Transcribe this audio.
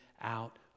out